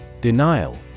Denial